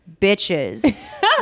bitches